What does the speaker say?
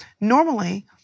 normally